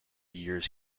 years